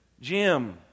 Jim